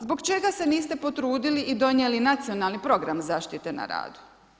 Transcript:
Zbog čega se niste potrudili i donijeli nacionalni program zaštite na radu?